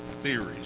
theories